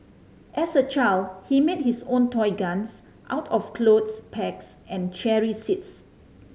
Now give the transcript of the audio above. as a child he made his own toy guns out of clothes pegs and cherry seeds